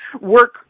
work